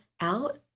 out